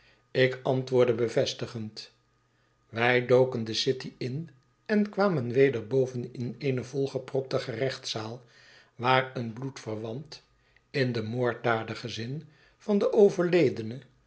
ik antwoordde bevestigend wij doken de city in en kwam en weder boven in eene volgepropte gerechtszaal waar eenbloedverwant in den moorddadigen zin van den overledene